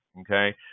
okay